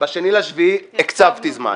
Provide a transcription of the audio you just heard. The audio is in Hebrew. ב-2 ליולי הקצבתי זמן.